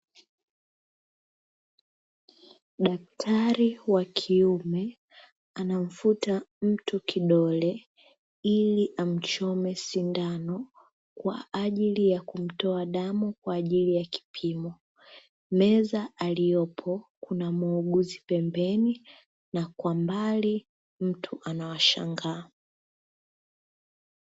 Daktari wa kiume anamfuta mtu kidole ili amchome sindano kwa ajili ya kumtoa damu kwa ajili ya kipimo, meza aliyopo kuna muuguzi pembeni na kwambali mtu anawashangaa.